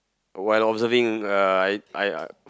while observing uh I I